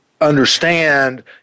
understand